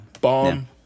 Bomb